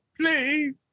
please